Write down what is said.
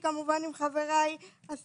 זוהי חלק מהנכות.